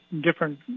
Different